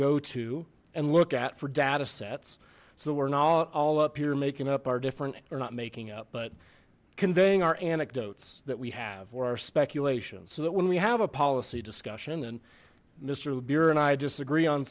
go to and look at four data sets so we're not all up here making up our different or not making up but conveying our anecdotes that we have or our speculations so that when we have a policy discussion and mister bjur and i disagree on